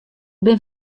binne